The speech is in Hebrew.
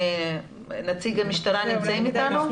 נציגי המשטרה נמצאים אתנו?